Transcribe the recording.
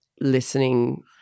listening